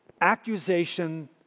accusation